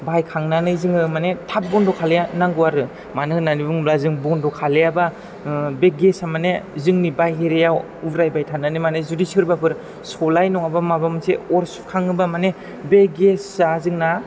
बाहायखांनानै जोङो माने थाब बन्द' खालायनांगौ आरो मानो होन्नानै बुङोब्ला जों बन्द' खालामाबा बे गेस आ माने जोंनि बाइहेरायाव उरायबाय थानानै माने जुदि सोरबाफोर सलाइ नङाबा माबा मोनसे अर सुखाङोबा माने बे गेस आ जोंना